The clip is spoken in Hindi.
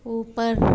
ऊपर